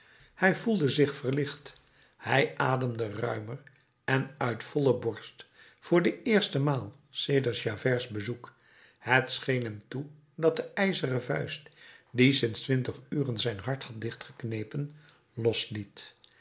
hij voelde zich verlicht hij ademde ruimer en uit volle borst voor de eerste maal sedert javert's bezoek het scheen hem toe dat de ijzeren vuist die sinds twintig uren zijn hart had dichtgeknepen losliet